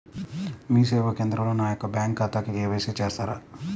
మీ సేవా కేంద్రంలో నా యొక్క బ్యాంకు ఖాతాకి కే.వై.సి చేస్తారా?